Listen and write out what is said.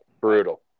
Brutal